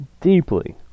deeply